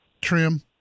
trim